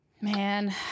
Man